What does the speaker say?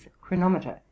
chronometer